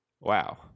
wow